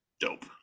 Dope